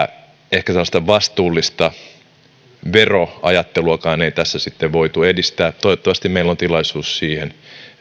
ehkä tämmöistä vastuullista veroajatteluakaan ei tässä sitten voitu edistää toivottavasti meillä on tilaisuus siihen